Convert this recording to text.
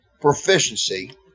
proficiency